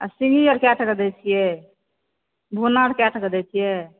आ सिंघी आर कए टके दै छियै भुन्ना आर कए टके दै छियै